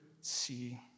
see